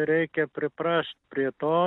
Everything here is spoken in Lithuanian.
reikia priprast prie to